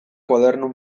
koaderno